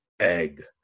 egg